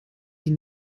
die